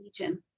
region